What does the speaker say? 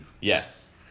Yes